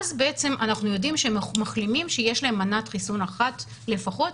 ואז בעצם אנחנו יודעים שמחלימים שיש להם מנת חיסון אחת לפחות,